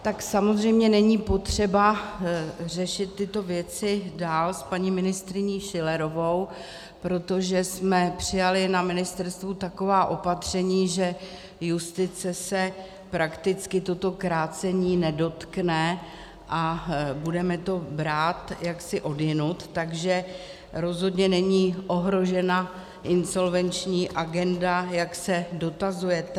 Tak samozřejmě není potřeba řešit tyto věci dál s paní ministryní Schillerovou, protože jsme přijali na ministerstvu taková opatření, že justice se prakticky toto krácení nedotkne a budeme to brát odjinud, takže není ohrožena insolvenční agenda, jak se dotazujete.